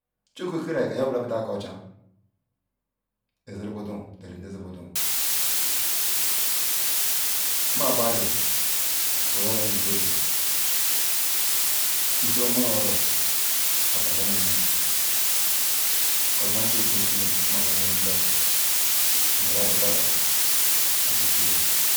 Chukike creral ka iwa betal aker wari chen meziri bodu nue li ndazibodo nmagbal guru orom guzental wosiri omumaram oro akpan mbamanam because maru manu ogbamanam kpal ngural bekwatal makar akila.